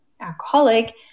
alcoholic